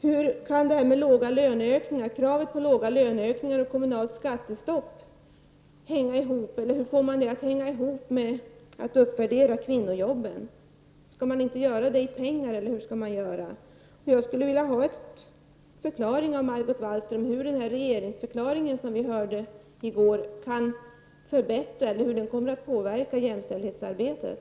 Hur kan krav om låga löneökningar och kommunalt skattestopp fås att hänga ihop med att uppvärdera kvinnojobben? Skall man inte göra det i pengar? Jag skulle vilja ha en förklaring från Margot Wallström hur regeringsförklaringen som vi hörde i går kommer att påverka jämställdhetsarbetet.